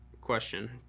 question